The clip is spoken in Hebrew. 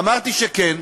אמרתי שכן,